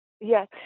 Yes